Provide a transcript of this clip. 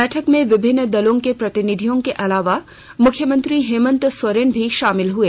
बैठक में विभिन्न दलों के प्रतिनिधियों के अलावा मुख्यमंत्री हेमंत सोरेन भी शामिल हुए